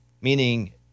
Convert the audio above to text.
meaning